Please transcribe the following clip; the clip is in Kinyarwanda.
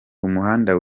umuhanda